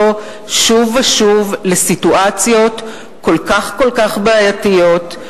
שוב ושוב לסיטואציות כל כך כל כך בעייתיות,